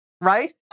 right